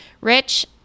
Rich